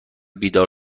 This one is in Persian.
بیدار